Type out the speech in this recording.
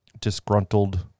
disgruntled